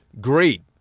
Great